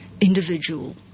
individual